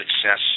success